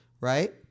Right